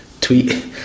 tweet